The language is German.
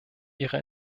ihre